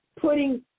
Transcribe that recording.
putting